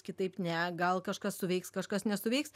kitaip ne gal kažkas suveiks kažkas nesuveiks